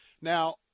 Now